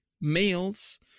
males